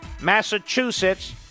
Massachusetts